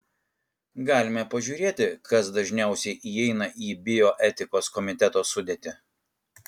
galime pažiūrėti kas dažniausiai įeina į bioetikos komiteto sudėtį